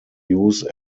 use